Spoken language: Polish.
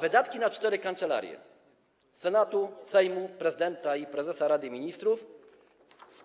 Wydatki na cztery kancelarie: Senatu, Sejmu, Prezydenta i Prezesa Rady Ministrów